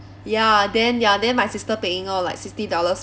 ya then ya then my sister paying lor like sixty dollars